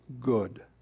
good